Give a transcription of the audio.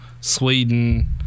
Sweden